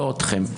לא אתכם.